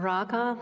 Raga